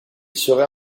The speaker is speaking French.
serait